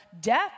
death